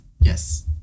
Yes